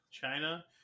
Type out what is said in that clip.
China